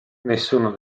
nessuno